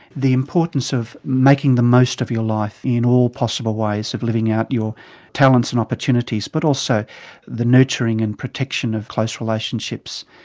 the importance of making the most of your life in all possible ways of living out your talents and opportunities, but also the nurturing and protection of close relationships.